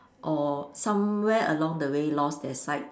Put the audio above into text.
or somewhere along the way lost their sight